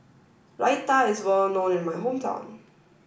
Raita is well known in my hometown